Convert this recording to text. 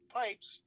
pipes